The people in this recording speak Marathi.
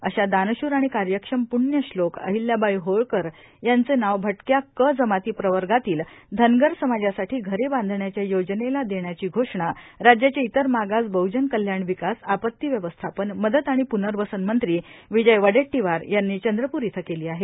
अशा दानशूर आणि कार्यक्षम प्ण्यश्लोक अहिल्याबाई होळकर यांचे नाव भटक्या क जमाती प्रवर्गातील धनगर समाजासाठी घरे बांधण्याच्या योजनेला देण्याची घोषणा राज्याचे इतर मागास बहजन कल्याण विकास आपती व्यवस्थापन मदत आणि प्नर्वसन मंत्री विजय वडेट्टीवार यांनी चंद्रपूर इथं केली आहे